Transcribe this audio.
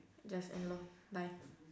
just end lor bye